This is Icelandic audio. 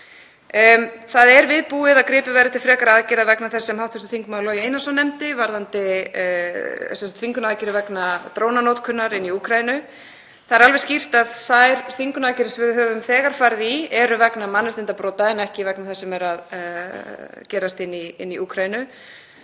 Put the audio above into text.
Það er viðbúið að gripið verði til frekari aðgerða, vegna þess sem hv. þm. Logi Einarsson nefndi varðandi þvingunaraðgerðir vegna drónanotkunar í Úkraínu. Það er alveg skýrt að þær þvingunaraðgerðir sem við höfum þegar farið í eru vegna mannréttindabrota en ekki vegna þess sem er að gerast í Úkraínu.